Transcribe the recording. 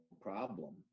problem